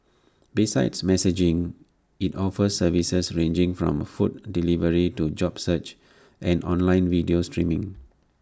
besides messaging IT offers services ranging from food delivery to job searches and online video streaming